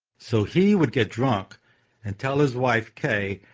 so he would get drunk and tell his wife, kay,